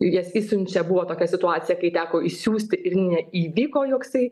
jas išsiunčia buvo tokia situacija kai teko išsiųsti ir neįvyko joksai